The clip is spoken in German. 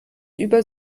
über